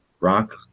rock